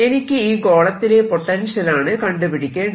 എനിക്ക് ഈ ഗോളത്തിലെ പൊട്ടൻഷ്യലാണ് കണ്ടുപിടിക്കേണ്ടത്